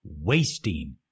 wasting